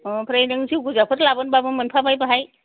ओमफ्राय नों जौ गोजाफोर लाबोनोबाबो मोनखाबाय बेवहाय